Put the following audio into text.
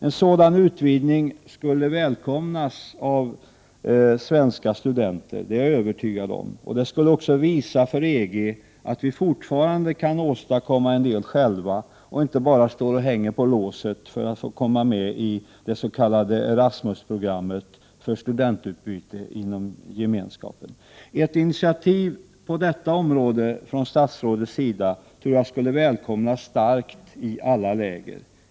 En sådan utvidgning skulle välkomnas av svenska studenter, det är jag övertygad om, och det skulle också visa EG att vi fortfarande kan åstadkomma en del själva också och inte bara står och hänger på låset för att komma med i det s.k. ERASMUS-programmet för studentutbyte inom Gemenskapen. Ett initiativ på detta område från statsrådets sida tror jag skulle välkomnas i alla läger.